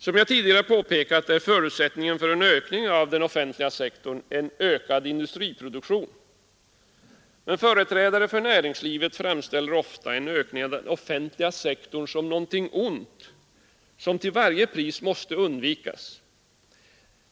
Som jag tidigare påpekat är förutsättningen för en ökning av den offentliga sektorn en ökad industriproduktion. Företrädare för näringslivet framställer ofta en ökning av den offentliga sektorn som någonting ont som till varje pris måste undvikas.